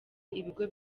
ibigo